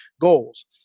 goals